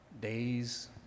days